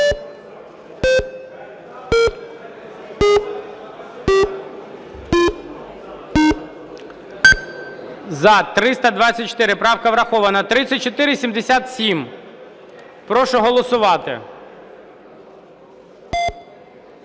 За-320 Правка врахована. 3474. Прошу голосувати.